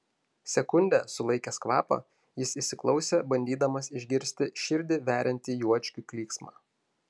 sekundę sulaikęs kvapą jis įsiklausė bandydamas išgirsti širdį veriantį juočkių klyksmą